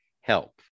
help